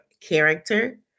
character